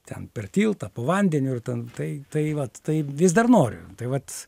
ten per tiltą po vandeniu ir ten tai tai vat tai vis dar noriu tai vat